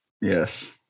Yes